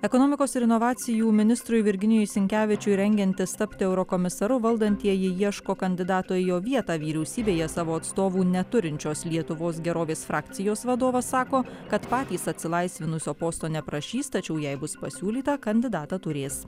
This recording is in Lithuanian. ekonomikos ir inovacijų ministrui virginijui sinkevičiui rengiantis tapti eurokomisaru valdantieji ieško kandidato į jo vietą vyriausybėje savo atstovų neturinčios lietuvos gerovės frakcijos vadovas sako kad patys atsilaisvinusio posto neprašys tačiau jei bus pasiūlytą kandidatą turės